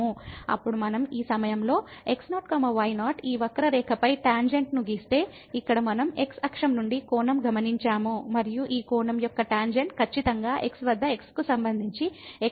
అప్పుడు మనం ఈ సమయంలో x0 y0 ఈ వక్రరేఖపై టాంజెంట్ను గీస్తే ఇక్కడ మనం x అక్షం నుండి కోణం గమనించాము మరియు ఈ కోణం యొక్క టాంజెంట్ ఖచ్చితంగా x వద్ద x కు సంబంధించి x0 y0 f యొక్క పాక్షిక అవకలనం అవుతుంది